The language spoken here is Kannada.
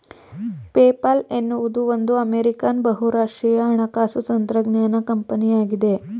ಪೇಪಾಲ್ ಎನ್ನುವುದು ಒಂದು ಅಮೇರಿಕಾನ್ ಬಹುರಾಷ್ಟ್ರೀಯ ಹಣಕಾಸು ತಂತ್ರಜ್ಞಾನ ಕಂಪನಿಯಾಗಿದೆ